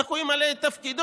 איך הוא ימלא את תפקידו,